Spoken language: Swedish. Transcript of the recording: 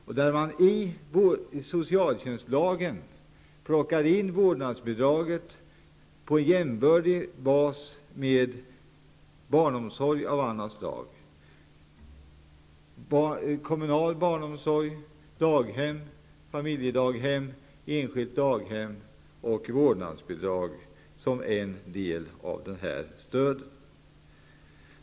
Man skulle i socialtjänstlagen plocka in vårdnadsbidraget och göra det jämbördigt med barnomsorg av olika slag -- kommunal barnomsorg, daghem, familjedaghem, enskilda daghem -- och låta vårdnadsbidrag vara en del av det stödet.